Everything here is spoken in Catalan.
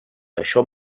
això